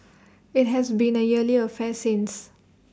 IT has been A yearly affair since